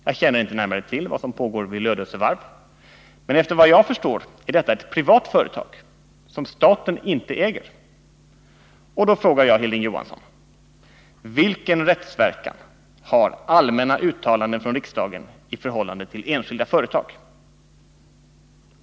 Jag känner inte närmare till vad som pågår vid Lödöse varv, men efter vad jag förstår är detta ett privat företag som staten inte äger. Och då frågar jag Hilding Johansson: Vilken rättsverkan har allmänna uttalanden från riksdagen i förhållande till enskilda företag?